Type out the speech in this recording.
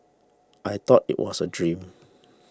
I thought it was a dream